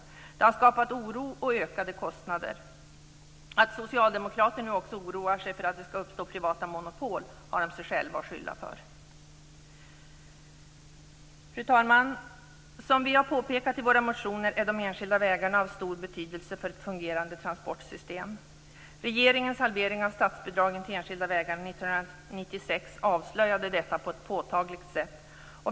Det har skapat oro och ökade kostnader. Att socialdemokrater nu också oroar sig för att det skall uppstå privata monopol har de sig själva att skylla för. Fru talman! Som vi har påpekat i våra motioner är de enskilda vägarna av stor betydelse för ett fungerande transportsystem. Regeringens halvering av statsbidragen till enskilda vägar 1996 avslöjade detta på ett påtagligt sätt.